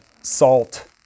salt